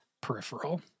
peripheral